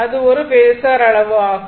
அது ஒரு phasor ac அளவு ஆகும்